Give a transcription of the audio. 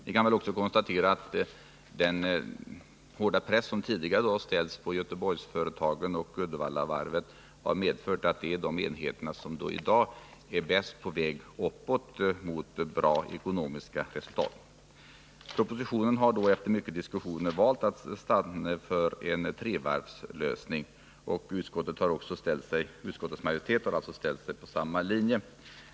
Vi kan också konstatera att den hårda press som tidigare satts på Göteborgsföretagen och Uddevallavarvet har medfört att de enheterna i dag är de som är mest på väg uppåt mot goda ekonomiska resultat. Regeringen har efter många diskussioner stannat för en trevarvslösning i propositionen, och utskottets majoritet har följt samma linje.